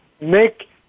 make